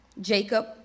Jacob